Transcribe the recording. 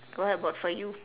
what about for you